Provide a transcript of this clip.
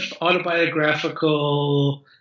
autobiographical